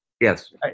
yes